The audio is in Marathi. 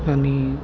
आणि